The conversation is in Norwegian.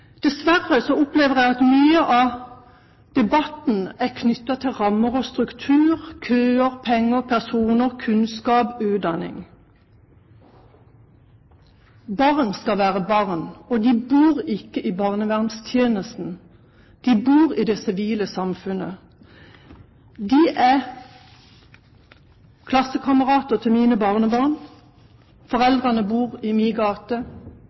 Dessverre opplever jeg at mye av debatten er knyttet til rammer og strukturer, køer, penger, personer, kunnskap og utdanning. Barn skal være barn, og de bor ikke i barnevernstjenesten. De bor i det sivile samfunnet. De er klassekameratene til mine barnebarn. Foreldrene bor i